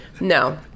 No